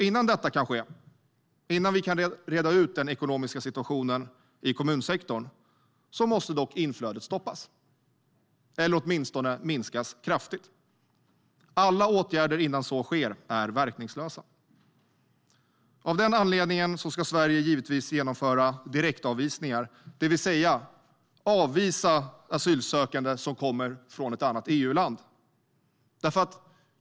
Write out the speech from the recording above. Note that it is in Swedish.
Innan detta kan ske, innan vi kan reda ut den ekonomiska situationen i kommunsektorn, måste dock inflödet stoppas, eller åtminstone minskas kraftigt. Alla åtgärder innan så sker är verkningslösa. Av den anledningen ska Sverige givetvis genomföra direktavvisningar, det vill säga avvisa asylsökande som kommer från ett annat EU-land.